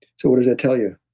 so what does that tell you?